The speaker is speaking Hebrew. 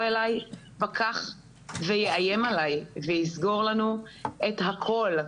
אלי פקח ויאיים עלי ויסגור לנו את הכול.